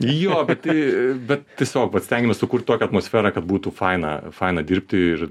jo bet tai bet tiesiog vat stengiamės sukurt tokią atmosferą kad būtų faina faina dirbti ir